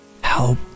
Help